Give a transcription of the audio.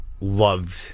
loved